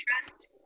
trust